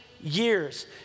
years